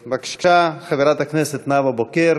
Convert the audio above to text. בבקשה, חברת הכנסת נאוה בוקר